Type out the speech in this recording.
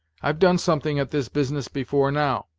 i've done something at this business before now,